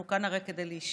אנחנו כאן הרי כדי להישאר.